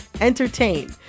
entertain